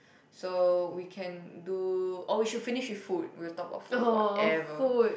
so we can do oh we should finish with food we'll talk about food forever